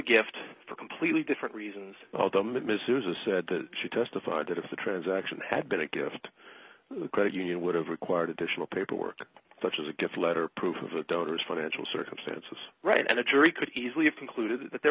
gift for completely different reasons although ms souza said that she testified that if the transaction have been a gift credit union would have required additional paperwork which is a gift letter proof of donors financial circumstances right and a jury could easily have concluded that the